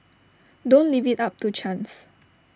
don't leave IT up to chance